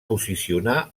posicionar